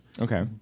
Okay